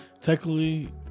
Technically